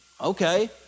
Okay